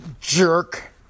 Jerk